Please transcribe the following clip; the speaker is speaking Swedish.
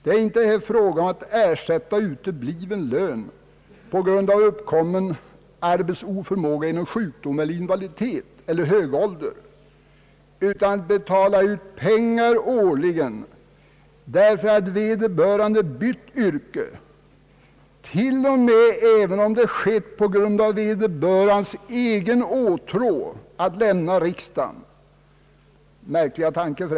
Det är här inte fråga om att ersätta utebliven lön på grund av uppkommen arbetsoförmåga genom sjukdom eller invaliditet eller hög ålder, utan avsikten är att årligen betala ut pengar därför att vederbörande har bytt yrke, till och med även om det har skett på grund av vederbörandes egen åtrå att lämna riksdagen — märkliga tanke!